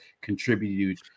contributed